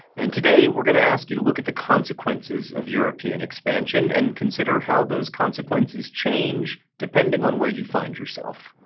and today, we're going to ask you to look at the consequences of european expansion, and consider how those consequences change depending on where you find yourself.